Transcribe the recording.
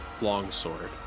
Longsword